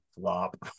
flop